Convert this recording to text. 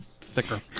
thicker